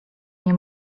nie